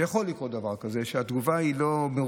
ויכול להיות דבר כזה שהתגובה היא לא,